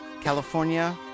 California